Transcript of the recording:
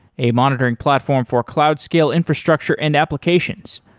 a monitoring platform for cloud scale infrastructure and applications.